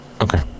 Okay